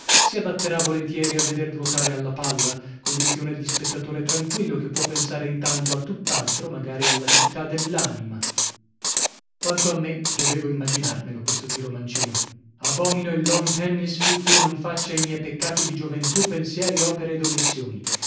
si adatterà volentieri a veder giuocare alla palla condizione di spettatore tranquillo che può pensare intanto a tutt'altro magari alla città dell'anima quanto a me dovevo immaginarmelo questo tiro mancino abomino il lawn tennis più ch'io non faccia i miei peccati di gioventù pensieri opere ed ommissioni